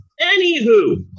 Anywho